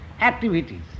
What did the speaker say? activities